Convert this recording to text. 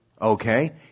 Okay